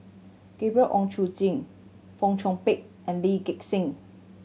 Gabriel Oon Chong Jin Fong Chong Pik and Lee Gek Seng